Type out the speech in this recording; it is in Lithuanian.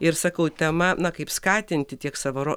ir sakau tema na kaip skatinti tiek savo